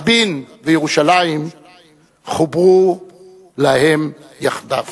רבין וירושלים חוברו להם יחדיו.